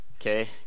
okay